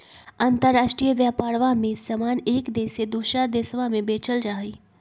अंतराष्ट्रीय व्यापरवा में समान एक देश से दूसरा देशवा में बेचल जाहई